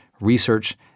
research